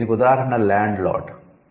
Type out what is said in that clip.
దీనికి ఉదాహరణ 'land lord'